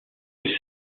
que